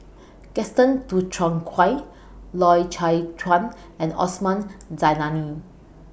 Gaston Dutronquoy Loy Chye Chuan and Osman Zailani